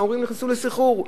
ההורים נכנסו לסחרור.